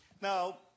Now